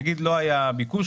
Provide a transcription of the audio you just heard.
נגיד לא היה ביקוש,